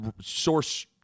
source